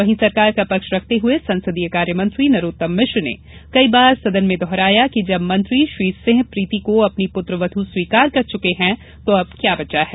वहीं सरकार का पक्ष रखते हुए संसदीय कार्य मंत्री नरोत्तम मिश्रा ने कई बार सदन में दोहराया कि जब मंत्री श्री सिंह प्रीति को अपनी पुत्रवधू स्वीकार कर चुके हैं तो अब क्या बचा है